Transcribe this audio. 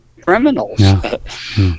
criminals